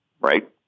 right